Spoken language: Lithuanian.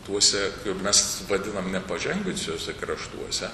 tuose kai jau mes vadinam nepažengusiuose kraštuose